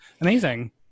Amazing